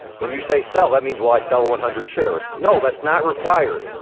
when you say sell that means, well, i sell one hundred shares. no, that's not required.